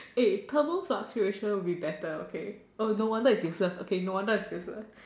eh thermal fluctuation will be better okay oh no wonder it's useless no wonder it's useless